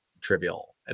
trivial